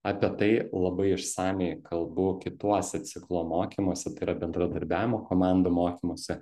apie tai labai išsamiai kalbu kituose ciklo mokymuose tai yra bendradarbiavimo komandų mokymuose